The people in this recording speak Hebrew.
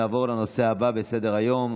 נעבור לנושא הבא בסדר-היום,